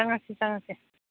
ꯆꯉꯛꯁꯤ ꯆꯉꯛꯁꯤ